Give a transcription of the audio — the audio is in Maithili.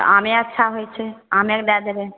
तऽ आमे अच्छा होइ छै आमेके दै देबै